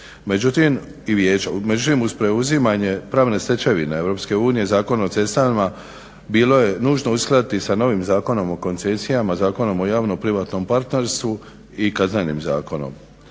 Međutim, uz preuzimanje pravne stečevine Europske unije, Zakon o cestama bilo je nužno uskladiti sa novim Zakonom o koncesijama, Zakonom o javno-privatnom partnerstvu i Kaznenim zakonom.